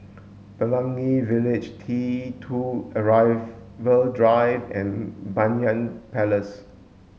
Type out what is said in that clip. Pelangi Village T two Arrival Drive and Banyan Place